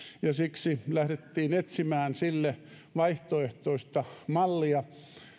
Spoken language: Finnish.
siksi lähdettiin etsimään sille vaihtoehtoista mallia